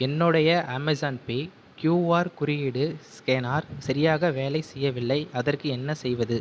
என்னுடைய Amazon Pay QR குறியீடு scanner சரியாக வேலை செய்யவில்லை அதற்கு என்ன செய்வது